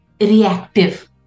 reactive